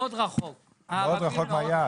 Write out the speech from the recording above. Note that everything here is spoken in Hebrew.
מאוד רחוק מהיעד.